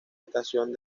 estación